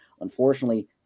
Unfortunately